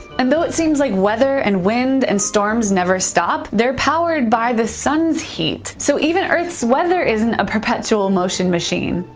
and though it seems like weather and wind and storms never stop, they're powered by the sun's heat. so even earth's weather isn't a perpetual motion machine.